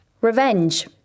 Revenge